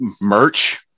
merch